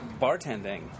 bartending